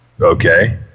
Okay